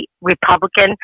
Republican